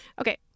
Okay